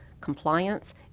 compliance